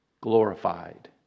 glorified